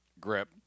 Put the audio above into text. Grip